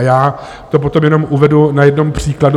Já to potom jenom uvedu na jednom příkladu.